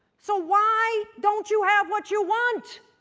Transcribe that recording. so why don't you have what you want,